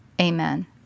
Amen